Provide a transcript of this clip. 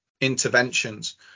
interventions